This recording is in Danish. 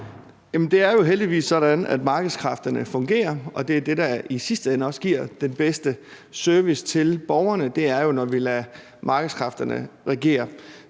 Det er jo heldigvis sådan, at markedskræfterne fungerer, og det er det, der i sidste ende også giver den bedste service til borgerne. Det er jo, når vi lader markedskræfterne regere